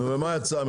נו ומה יצא?